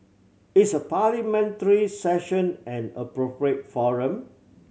is a Parliamentary Session an appropriate forum